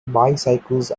bicycles